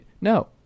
No